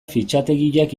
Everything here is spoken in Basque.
fitxategiak